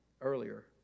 earlier